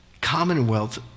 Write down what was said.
Commonwealth